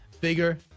Bigger